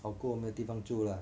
好过没地方住了